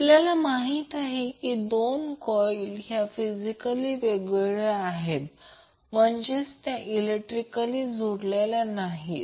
आपल्याला माहिती आहे की दोन कॉइल या फिजिकली वेगवेगळ्या आहेत म्हणजेच त्या इलेक्ट्रिकली जोडलेल्या नाहीत